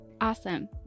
Awesome